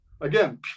again